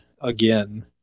again